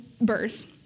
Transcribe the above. birth